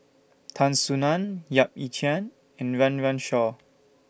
Tan Soo NAN Yap Ee Chian and Run Run Shaw